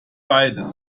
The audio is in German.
beides